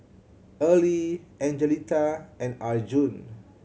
Early Angelita and Arjun